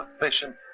efficient